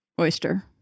oyster